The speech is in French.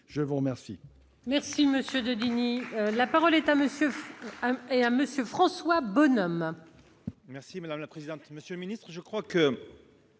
je vous remercie